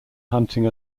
hunting